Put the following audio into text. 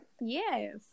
yes